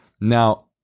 Now